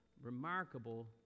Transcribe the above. remarkable